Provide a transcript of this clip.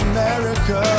America